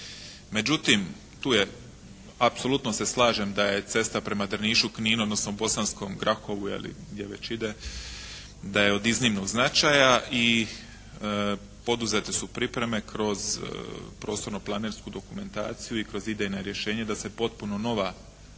Međutim, tu je apsolutno se slažem da je cesta prema Drnišu, Kninu odnosno Bosanskom Grahovu gdje već ide, da je od iznimnog značaja i poduzete su pripreme kroz prostorno planersku dokumentaciju i kroz idejna rješenja da se potpuno nova